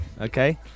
Okay